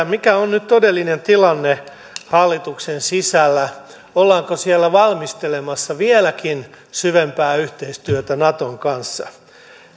mikä on nyt todellinen tilanne hallituksen sisällä ollaanko siellä valmistelemassa vieläkin syvempää yhteistyötä naton kanssa